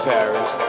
Paris